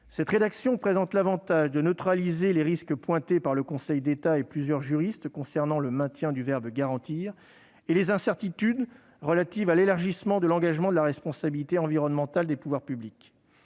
Cette rédaction présente l'avantage de neutraliser les risques pointés par le Conseil d'État et par plusieurs juristes, concernant le maintien du verbe « garantir » et les incertitudes relatives à l'élargissement de l'engagement de la responsabilité environnementale des pouvoirs publics.